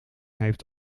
heeft